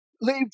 leave